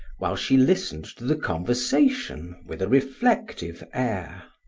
while she listened to the conversation with a reflective air.